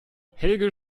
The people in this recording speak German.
helge